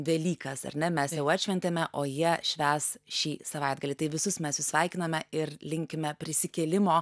velykas ar ne mes jau atšventėme o jie švęs šį savaitgalį tai visus mes jus sveikiname ir linkime prisikėlimo